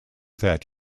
that